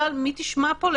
מי ישמע פה,